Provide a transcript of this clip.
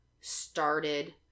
started